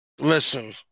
Listen